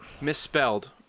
Misspelled